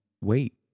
wait